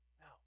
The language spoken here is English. Now